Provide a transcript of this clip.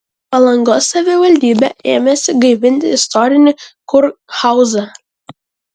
palangos savivaldybė ėmėsi gaivinti istorinį kurhauzą